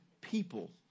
people